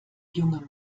junge